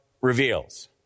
reveals